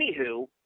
anywho